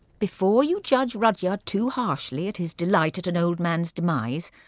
before you judge rudyard too harshly at his delight at an old man's demise,